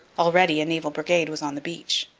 already a naval brigade was on the beach.